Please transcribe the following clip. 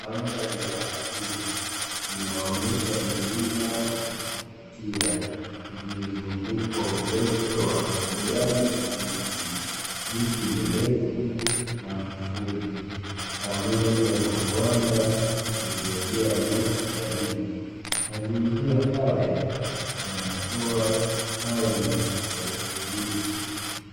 Mandhari ya asili inaonyesha milima ya kuvutia iliyozungukwa uoto wa kijani kibichi, miti mirefu na mifupi, pamoja na uanda uliojaa nyasi laini. Mazingira haya yanatoa hali ya utulivu